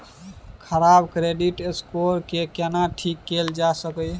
खराब credit score के केना ठीक कैल जा सकै ये?